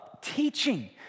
teaching